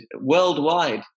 worldwide